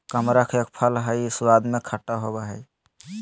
कमरख एक फल हई स्वाद में खट्टा होव हई